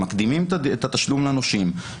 מקדימים את התשלום לנושים,